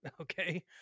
Okay